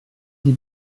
die